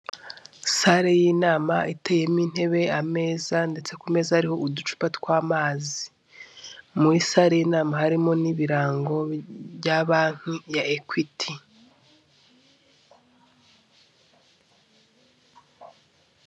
Sale y'inama iteyemo intebe, ameza ndetse ku meza hariho uducupa tw'amazi. Muri sale y'inama harimo nibirango bya banki ya Equity.